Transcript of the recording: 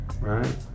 right